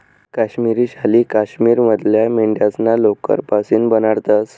काश्मिरी शाली काश्मीर मधल्या मेंढ्यास्ना लोकर पाशीन बनाडतंस